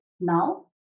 now